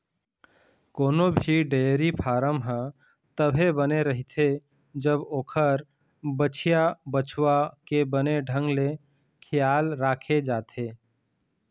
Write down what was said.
कोनो भी dairy farm ह तभे बने रहिथे जब ओखर बछिया, बछवा के बने ढंग ले खियाल राखे जाथे